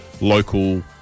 local